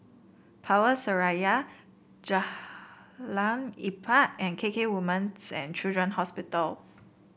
Power Seraya Jalan Empat and K K Women's and Children Hospital